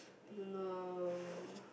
don't know